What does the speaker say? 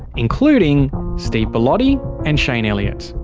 including steve bellotti and shayne elliott.